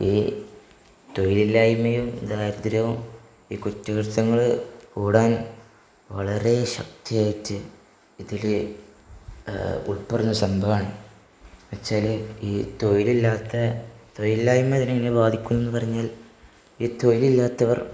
ഈ തൊഴിലിലായ്മയും ദാരിദ്ര്യവും ഈ കുറ്റകൃത്യങ്ങൾ കൂടാൻ വളരെ ശക്തിയായിട്ട് ഇതിൽ ഉൾപ്പെടുന്ന സംഭവമാണ് എന്നുവെച്ചാൽ ഈ തൊഴിലില്ലാത്ത തൊയിലില്ലായ്മ ഇതിനെങ്ങനെ ബാധിക്കുന്നുവെന്നു പറഞ്ഞാൽ ഈ തൊഴിലില്ലാത്തവർ